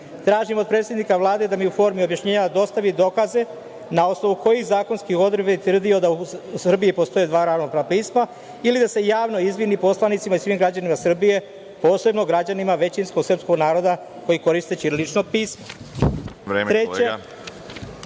Tražim od predsednika Vlade da mi u formi objašnjenja dostavi dokaze na osnovu kojih zakonski u odredbi je utvrdio da u Srbiji postoje dva ravnopravna pisma ili da se javno izvini poslanicima i svim građanima Srbije, posebno građanima većinskog srpskog naroda koji koristi ćirilično pismo. Hvala.